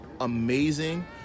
amazing